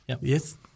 Yes